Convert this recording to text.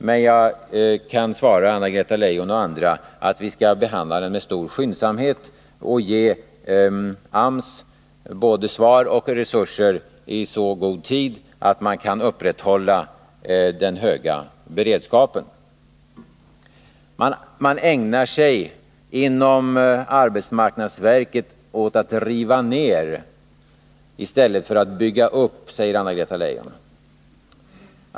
Men jag kan svara Anna-Greta Leijon och andra att vi skall behandla den med största skyndsamhet och ge AMS både svar och resurser i så god tid att man kan upprätthålla den höga beredskapen. Man ägnar sig inom arbetsmarknadsverket åt att riva ner i stället för att bygga upp, säger Anna-Greta Leijon.